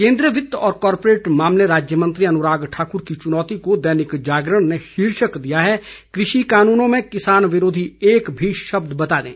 केन्द्रीय वित्त एवं कारपोरेट मामले राज्यमंत्री अनुराग ठाकुर की चुनौती को दैनिक जागरण ने शीर्षक दिया है कृषि कानूनों में किसान विरोधी एक भी शब्द बता दें